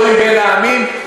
כמה דחויים בין העמים,